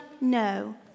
no